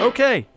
Okay